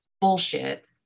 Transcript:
bullshit